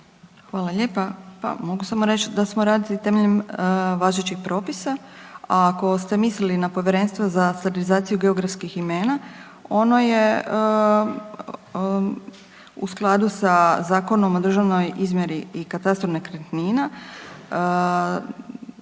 Hvala lijepa. Pa mogu samo reći da smo radili temeljem važećih propisa, a ako ste mislili na Povjerenstvo za standardizaciju geografskih imena, ono je u skladu sa Zakonom o državnoj izmjeri i katastru nekretnina